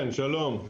שלום.